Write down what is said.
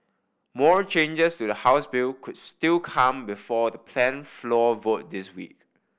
more changes to the House bill could still come before the planned floor vote this week